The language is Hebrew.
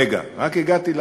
רגע, רק הגעתי לעניין.